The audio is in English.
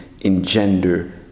engender